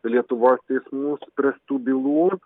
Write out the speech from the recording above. lietuvos teismų spręstų bylų